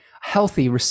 healthy